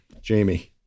Jamie